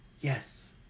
Yes